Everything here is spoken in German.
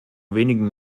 wenigen